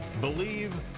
believe